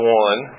one